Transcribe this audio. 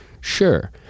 Sure